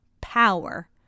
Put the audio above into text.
power